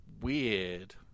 weird